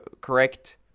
correct